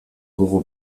dugu